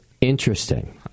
interesting